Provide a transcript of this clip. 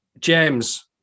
James